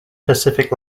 pacific